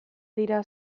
dira